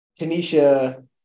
tanisha